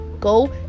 go